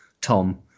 Tom